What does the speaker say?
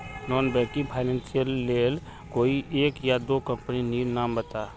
Non banking financial लेर कोई एक या दो कंपनी नीर नाम बता?